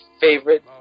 favorite